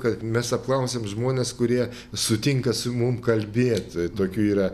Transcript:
kad mes apklausėm žmones kurie sutinka su mum kalbėt tokių yra